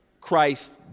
Christ